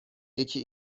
یکی